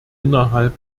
innerhalb